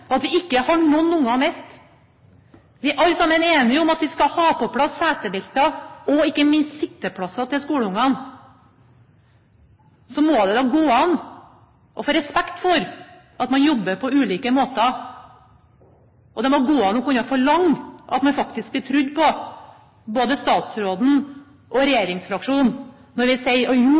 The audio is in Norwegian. at vi ikke har noen barn å miste. Vi er alle sammen enige om at vi skal ha på plass setebelter og ikke minst sitteplasser til skolebarna. Så må det da gå an å få respekt for at man jobber på ulike måter. Og det må gå an å kunne forlange at både statsråden og regjeringsfraksjonen faktisk blir trodd når vi sier at jo, vi har den målsettingen at alle skal ha sitteplass og